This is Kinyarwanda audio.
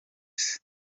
isi